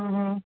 ହଁ